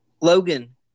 Logan